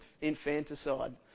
infanticide